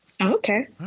Okay